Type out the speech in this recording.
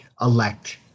elect